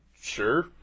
Sure